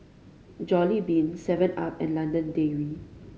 Jollibean seven Up and London Dairy